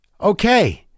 Okay